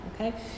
okay